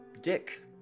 Dick